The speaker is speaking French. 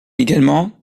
également